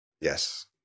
yes